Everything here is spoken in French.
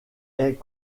est